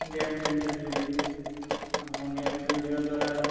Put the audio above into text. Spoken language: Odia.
ଗେମ୍ ଖେଳିଥିବେ ଆପଣ ଗେମ୍ ଖେଳିବା ଦ୍ୱାରା